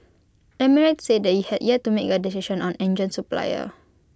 emirates said IT had yet to make A decision on engine supplier